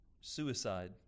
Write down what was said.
suicide